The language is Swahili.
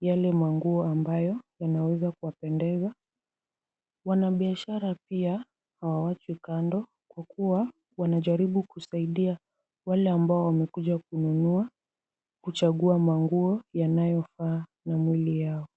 yale manguo ambayo yanaweza kuwapendeza. Wanabiashara pia hawaachwi kando kwa kuwa wanajaribu kusaidia wale ambao wamekuja kununua kuchagua manguo yanayofaa na mwili yao.